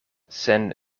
sen